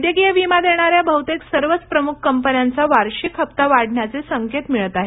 वैद्यकीय विमा देणाऱ्या बहतेक सर्वच प्रमुख कंपन्यांचा वार्षिक हप्ता वाढण्याचे संकेत मिळात आहेत